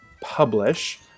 publish